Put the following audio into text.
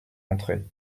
rentrer